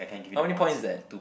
how many point is that